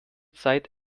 zeit